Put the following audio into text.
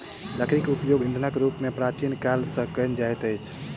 लकड़ीक उपयोग ईंधनक रूप मे प्राचीन काल सॅ कएल जाइत अछि